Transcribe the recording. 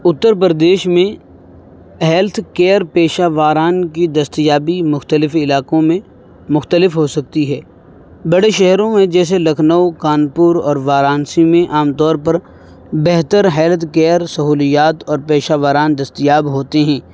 اتر پردیش میں health care پیشہ واران کی دستیابی مختلف علاقوں میں مختلف ہو سکتی ہے بڑے شہروں میں جیسے لکھنؤ کانپور اور وارانسی میں عام طور پر بہتر ہیلتھ کیئر سہولیات اور پیشہ واران دستیاب ہوتے ہیں